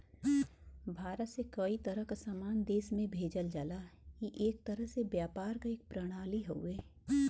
भारत से कई तरह क सामान देश में भेजल जाला ई एक तरह से व्यापार क एक प्रणाली हउवे